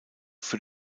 für